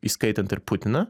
įskaitant ir putiną